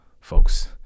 folks